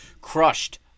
crushed